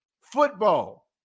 football